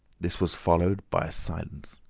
this was followed by a silence.